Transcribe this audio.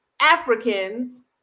africans